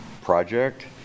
project